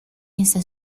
esa